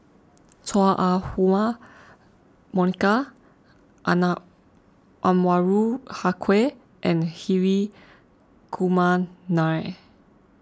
Chua Ah Huwa Monica Anwarul Haque and Hri Kumar Nair